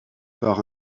par